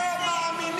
תודה רבה.